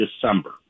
December